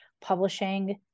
publishing